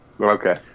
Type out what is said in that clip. Okay